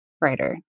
writer